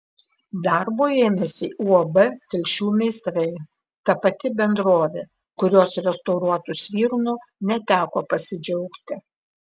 darbo ėmėsi uab telšių meistrai ta pati bendrovė kurios restauruotu svirnu neteko pasidžiaugti